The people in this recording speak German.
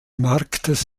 marktes